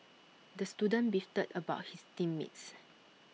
the student beefed about his team mates